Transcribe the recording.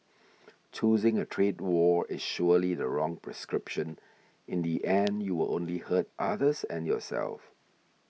choosing a trade war is surely the wrong prescription in the end you will only hurt others and yourself